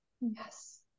Yes